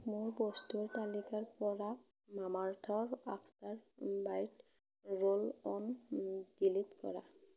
মোৰ বস্তুৰ তালিকাৰ পৰা মামা Arthur after bite roll on delete কৰা